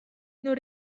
non